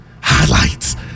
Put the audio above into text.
highlights